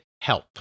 help